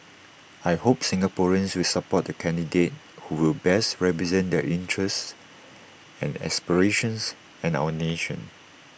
I hope Singaporeans will support the candidate who will best represent their interests and aspirations and our nation